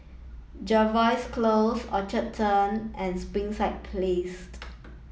Jervois Close Orchard Turn and Springside Place